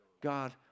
God